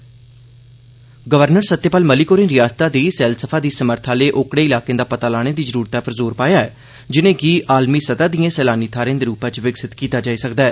governor Satyapal Malik होरें रयासतै दे सैलसफा दी समर्थ आले उने इलाकें दा पता लाने दी जरूरतै पर जोर दिता ऐ जिनेंगी विष्व स्तरै दिए सैलानी थारें दे रूपै च विकसित कीता जाई सकदा ऐ